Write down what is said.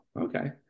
okay